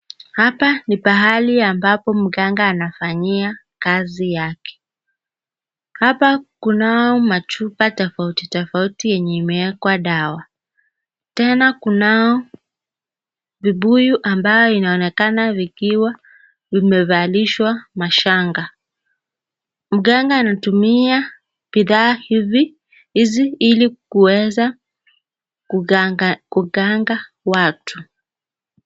Hapa ni pahali ambapo mganga anafanyia kazi yake. Hapa kunao machupa tofauti tofauti yenye imewekwa dawa. Tena kunao vibuyu ambayo inaonekana vikiwa vimevalishwa mashanga. Mganga anatumia bidhaa hizi ili kuweza kuganga kuganga watu.